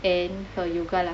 and her yoga lah